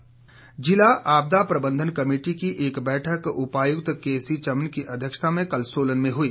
आपदा प्रशिक्षण जिला आपदा प्रबंधन कमेटी की एक बैठक उपायुक्त केसीचमन की अध्यक्षता में कल सोलन में हुई